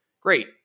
great